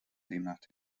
demnach